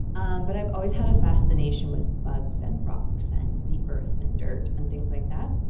um but i've always had a fascination with bugs, and rocks, and the earth, and dirt, and things like that.